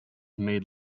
made